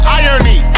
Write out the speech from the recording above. irony